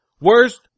Worst